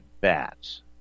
bats